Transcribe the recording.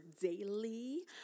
daily